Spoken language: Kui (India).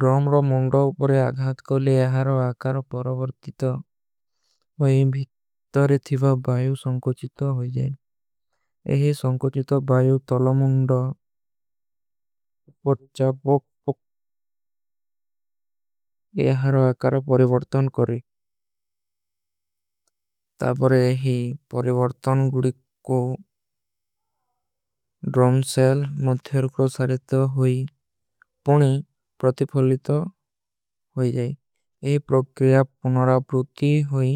ଡ୍ରମ ରୋ ମୁଂଗ୍ଡ ଊପର ଆଗହାତ କୋଲୀ ଯହାରୋ ଆକାରୋ ପରଵର୍ତିତ ହୋଈ, ଭିତ୍ତରେ ଥିଵା ବାଯୂ ସଂକୌଚିତୋ ହୋଈଜାଈ। ଯହୀ ସଂକୌଚିତୋ ବାଯୂ ତଲା ମୁଂଗ୍ଡ ପଚ୍ଚା ପୋକ ପୋକ ଯହାରୋ ଆକାରୋ ପରିଵର୍ତନ କରୀ। ତାବରେ ଯହୀ ପରିଵର୍ତନ ଗୁଡୀ କୋ ଡ୍ରମ ସେଲ ମଧ୍ଯର କୋ ସାରେ ତୋ ହୋଈ, ପଣୀ ପ୍ରତିଫଲୀ ତୋ ହୋଈଜାଈ। ଯହୀ ପ୍ରକ୍ରିଯାବ ପୁନରା ପୁରୁତି ହୋଈ,